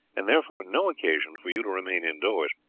and therefore no occasion for you to remain indoors.